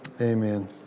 Amen